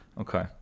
Okay